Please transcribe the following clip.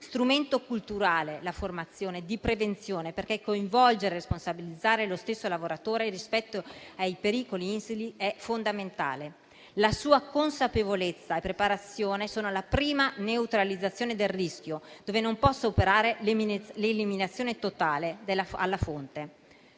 strumento culturale di prevenzione perché coinvolgere e responsabilizzare lo stesso lavoratore rispetto ai pericoli è fondamentale. La sua consapevolezza e la sua preparazione sono la prima neutralizzazione del rischio, dove non si può operare l'eliminazione totale alla fonte.